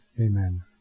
Amen